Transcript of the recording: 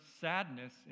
sadness